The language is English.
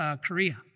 Korea